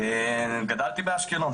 גדלתי באשקלון,